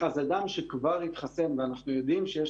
אז אדם שכבר התחסן ואנחנו יודעים שיש